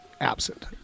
absent